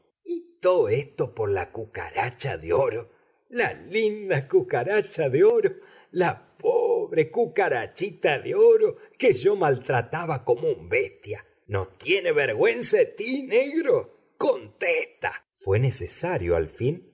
y todo eto po la cucaracha de oro la linda cucaracha de oro la pobre cucarachita de oro que yo maltrataba como un bestia no tiene vergüensa de ti negro contesta fué necesario al fin